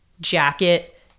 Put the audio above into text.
jacket